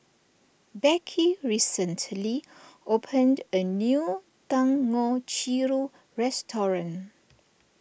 Beckie recently opened a new Dangojiru restaurant